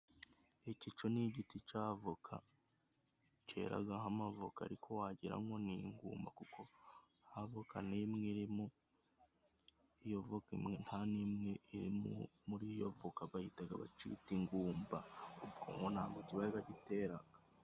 Iki cyo ni igiti cy'avoka cyeraho amavoka. Ariko wagira ngo ni ingumba kuko nta avoka n'imwe irimo. Iyo nta avoka n'imwe iri muri iyo avoka bahita bacyita ingumba, kuko nta bwo kiba gitera.